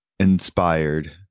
inspired